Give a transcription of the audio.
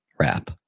wrap